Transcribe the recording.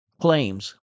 claims